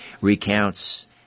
recounts